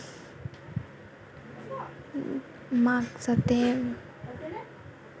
মাক যাতে